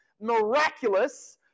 miraculous